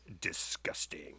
disgusting